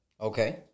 Okay